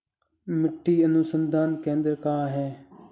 मिट्टी अनुसंधान केंद्र कहाँ है?